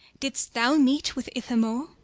didst thou meet with ithamore?